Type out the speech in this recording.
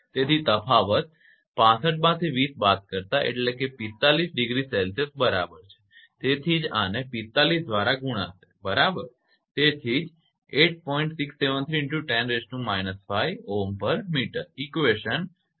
તેથી તફાવત 65 માંથી 20 બાદ કરતા એટલે કે 45 ડિગ્રી સેલ્સિયસ બરાબર છે તેથી જ આને 45 દ્વારા ગુણાશે બરાબર